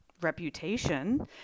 reputation